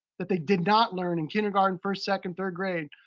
but they did not learn in kindergarten, first, second, third grade.